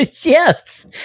Yes